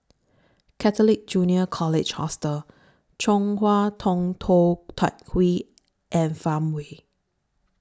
Catholic Junior College Hostel Chong Hua Tong Tou Teck Hwee and Farmway